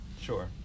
Sure